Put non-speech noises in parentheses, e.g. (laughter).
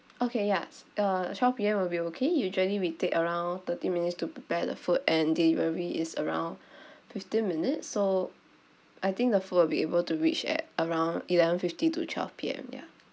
okay ya uh twelve P_M will be okay usually we take around thirty minutes to prepare the food and delivery is around (breath) fifteen minutes so I think the food will be able to reach at around eleven fifty to twelve P_M ya